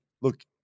look